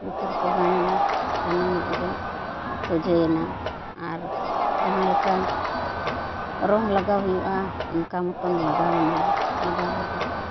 ᱞᱩᱛᱩᱨ ᱠᱚ ᱜᱟᱱᱮᱱᱟ ᱥᱟᱱᱟᱢᱟᱜ ᱜᱮ ᱥᱚᱡᱷᱮᱭᱮᱱᱟ ᱟᱨ ᱡᱟᱦᱟᱸᱞᱮᱠᱟ ᱨᱚᱝ ᱞᱟᱜᱟᱣ ᱦᱩᱭᱩᱜᱼᱟ ᱚᱱᱠᱟ ᱢᱚᱛᱚᱱ ᱞᱟᱜᱟᱣᱮᱱᱟ ᱞᱟᱜᱟᱣ ᱞᱟᱜᱫᱟᱣ ᱛᱮ